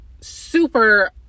super